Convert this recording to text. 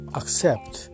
accept